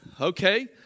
okay